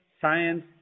science